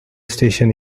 station